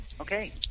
okay